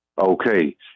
Okay